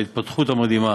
על ההתפתחות המדהימה.